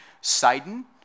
Sidon